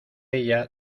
ella